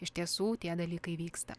iš tiesų tie dalykai vyksta